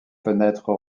fenêtres